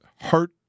hurt